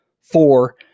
Four